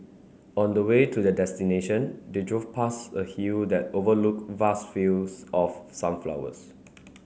on the way to their destination they drove past a hill that overlooked vast fields of sunflowers